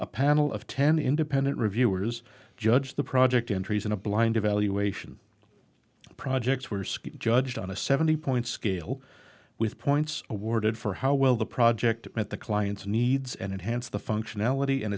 a panel of ten independent reviewers judged the project entries in a blind evaluation projects were judged on a seventy point scale with points awarded for how well the project at the client's needs and enhanced the functionality and